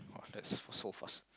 that's so fast